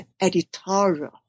editorial